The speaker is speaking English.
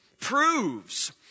proves